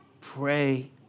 pray